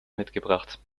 mitgebracht